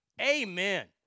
Amen